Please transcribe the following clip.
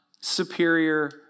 superior